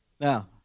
Now